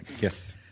Yes